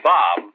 Bob